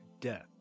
Death